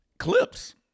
Clips